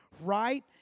right